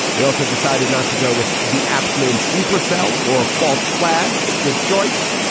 they also decided not to go with the apps named sleeper cell or false flag. good choice.